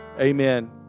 Amen